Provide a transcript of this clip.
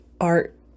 art